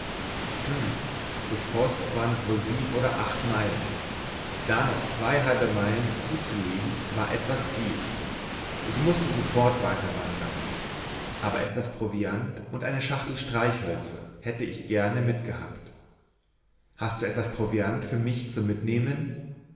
bis voß waren es wohl sieben oder acht meilen da noch zwei halbe meilen zuzulegen war etwas viel ich mußte sofort weiterwandern aber etwas proviant und eine schachtel streichhölzer hätte ich gerne mitgehabt hast du etwas proviant für mich zum mitnehmen